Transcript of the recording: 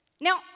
Now